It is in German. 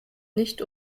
nicht